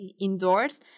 indoors